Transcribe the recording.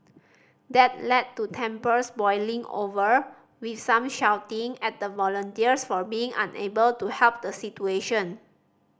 that led to tempers boiling over with some shouting at the volunteers for being unable to help the situation